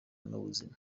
n’ubuzima